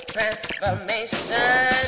Transformation